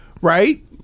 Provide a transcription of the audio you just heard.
right